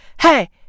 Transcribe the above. Hey